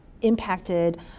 impacted